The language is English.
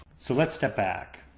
so let's step back.